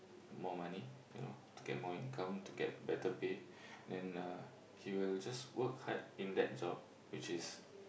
more money you know to get more income to get better pay and uh he will just work hard in that job which is